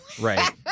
right